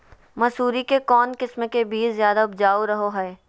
मसूरी के कौन किस्म के बीच ज्यादा उपजाऊ रहो हय?